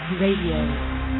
radio